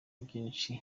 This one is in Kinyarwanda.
byinshi